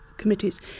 committees